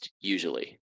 usually